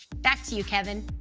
back to you, kevin.